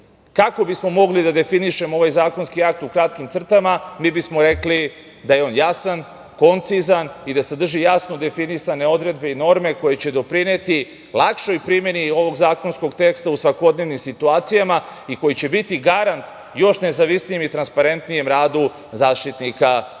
kako bismo mogli da definišemo ovaj zakonski akt u kratkim crtama, mi bismo rekli da je on jasan, koncizan i da sadrži jasno definisane odredbe i norme koje će doprineti lakšoj primeni ovog zakonskog teksta u svakodnevnim situacijama i koji će biti garant još nezavisnijem i transparentnijem radu Zaštitnika